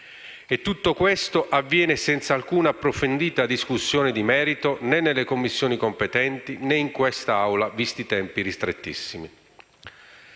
E tutto questo avviene senza alcuna approfondita discussione di merito né nelle Commissioni competenti né in questa Assemblea, visti i tempi ristrettissimi.